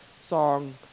song